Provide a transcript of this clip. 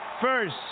first